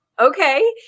okay